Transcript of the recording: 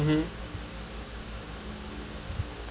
mm